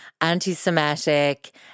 anti-Semitic